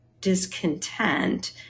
discontent